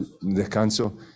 descanso